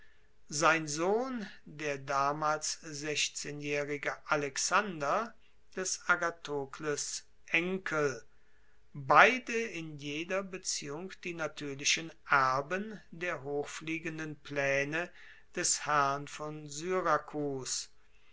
sein sohn der damals sechzehnjaehrige alexander des agathokles enkel beide in jeder beziehung die natuerlichen erben der hochfliegenden plaene des herrn von syrakus